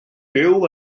byw